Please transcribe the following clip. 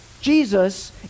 Jesus